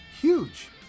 huge